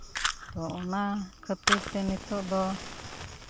ᱛᱳ ᱚᱱᱟ ᱠᱷᱟᱹᱛᱤᱨ ᱛᱮ ᱱᱤᱛᱚᱜ ᱫᱚ